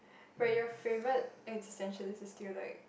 but your favorite existentialist is still like